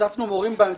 הוספנו מורים באנגלית.